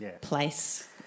place